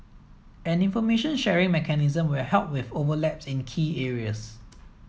an information sharing mechanism will help with overlaps in key areas